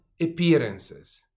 appearances